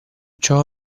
ciò